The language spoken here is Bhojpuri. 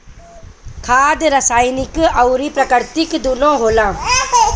खाद रासायनिक अउर प्राकृतिक दूनो होला